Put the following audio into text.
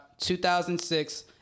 2006